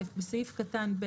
בסעיף קטן (א),